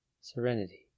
serenity